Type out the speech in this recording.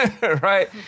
Right